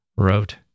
Wrote